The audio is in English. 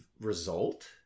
result